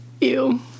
ew